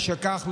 משכך,